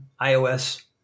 iOS